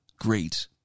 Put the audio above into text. great